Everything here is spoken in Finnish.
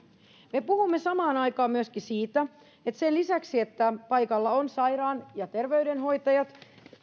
me puhumme samaan aikaan myöskin siitä että sen lisäksi että paikalla on sairaan ja terveydenhoitajat